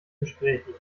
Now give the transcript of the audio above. gesprächig